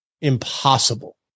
impossible